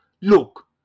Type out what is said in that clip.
Look